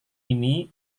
ini